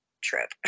trip